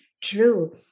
true